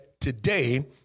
today